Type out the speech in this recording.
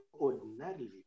Ordinarily